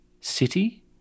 City